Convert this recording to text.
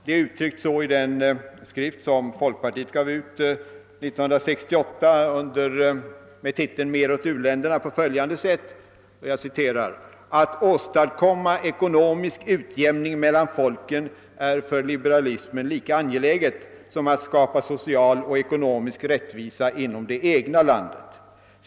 Det är uttryckt på följande sätt i den skrift som folkpartiet gav ut 1968 med titeln »Mer åt u-länderna«: »Att åstadkomma ekonomisk utjämning mellan folken är för liberalismen lika angeläget som att skapa social och ekonomisk rättvisa inom det egna landet.